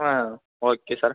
okay sir